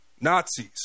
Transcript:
Nazis